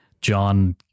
John